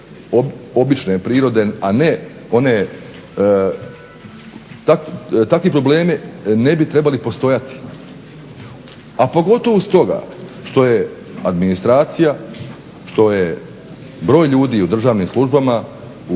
obične prirode, a ne one takvi problemi ne bi trebali postojati. A pogotovo stoga što je administracija što je broj ljudi u državnim službama